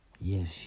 Yes